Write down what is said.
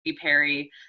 Perry